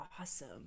awesome